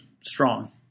strong